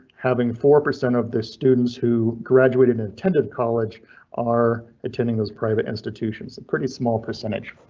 having four percent of the students who graduated and attended college are attending those private institutions. a pretty small percentage.